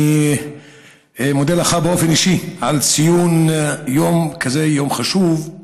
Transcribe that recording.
אני מודה לך באופן אישי על ציון יום כזה חשוב,